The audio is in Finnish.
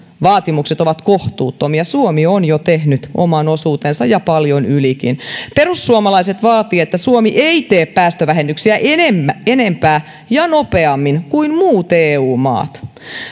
vaatimukset ovat kohtuuttomia suomi on jo tehnyt oman osuutensa ja paljon ylikin perussuomalaiset vaativat että suomi ei tee päästövähennyksiä enempää enempää ja nopeammin kuin muut eu maat